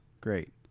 great